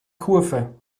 kurve